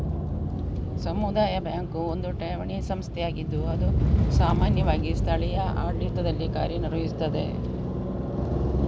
ಸಮುದಾಯ ಬ್ಯಾಂಕು ಒಂದು ಠೇವಣಿ ಸಂಸ್ಥೆಯಾಗಿದ್ದು ಅದು ಸಾಮಾನ್ಯವಾಗಿ ಸ್ಥಳೀಯ ಆಡಳಿತದಲ್ಲಿ ಕಾರ್ಯ ನಿರ್ವಹಿಸ್ತದೆ